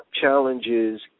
challenges